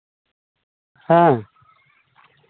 ᱦᱮᱸ